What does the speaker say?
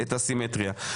סימטריה.